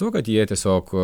tuo kad jie tiesiog